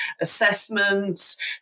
assessments